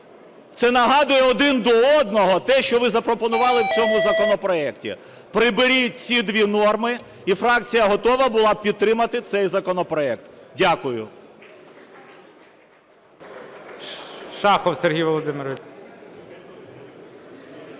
Це нагадує один до одного те, що ви запропонували в цьому законопроекті. Приберіть ці дві норми і фракція готова була б підтримати цей законопроект. Дякую. ГОЛОВУЮЧИЙ. Шахов Сергій Володимирович.